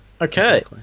okay